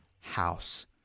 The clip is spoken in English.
house